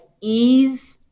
ease